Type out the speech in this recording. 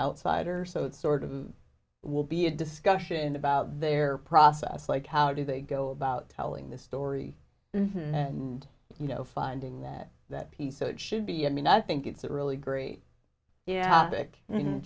outsider so it sort of will be a discussion about their process like how do they go about telling this story and you know finding that that piece so it should be i mean i think it's really great yeah